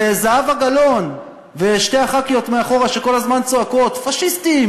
וזהבה גלאון ושתי הח"כיות מאחורה שכל הזמן צועקות פאשיסטים,